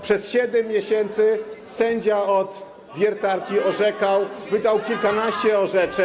Przez 7 miesięcy sędzia od wiertarki orzekał, wydał kilkanaście orzeczeń.